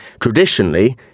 Traditionally